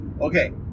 Okay